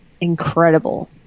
incredible